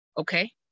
okay